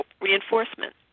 reinforcement